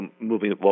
moving